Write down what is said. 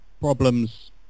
problems